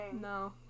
No